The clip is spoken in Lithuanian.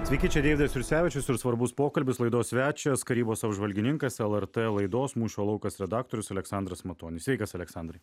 sveiki čia deividas jursevičius ir svarbus pokalbis laidos svečias karybos apžvalgininkas lrt laidos mūšio laukas redaktorius aleksandras matonis sveikas aleksandrai